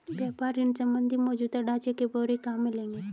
व्यापार ऋण संबंधी मौजूदा ढांचे के ब्यौरे कहाँ मिलेंगे?